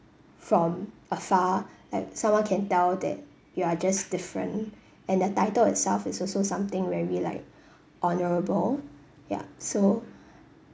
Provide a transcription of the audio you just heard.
from afar like someone can tell that you are just different and the title itself is also something very like honourable ya so